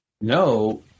no